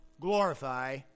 glorify